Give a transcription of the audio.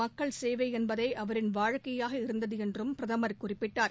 மக்கள் சேவை என்பதே அவரின் வாழ்க்கையாக இருந்தது என்றும் பிரதமர் குறிப்பிட்டார்